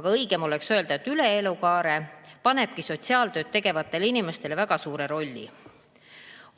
aga õigem oleks öelda, et üle elukaare, panebki sotsiaaltööd tegevatele inimestele väga suure rolli.